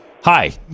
Hi